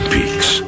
Peaks